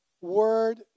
word